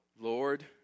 Lord